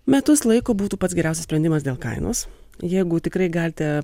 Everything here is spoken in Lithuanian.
metus laiko būtų pats geriausias sprendimas dėl kainos jėgų tikrai galite